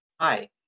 Hi